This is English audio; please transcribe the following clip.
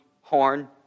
horn